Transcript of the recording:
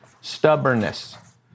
stubbornness